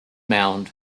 mound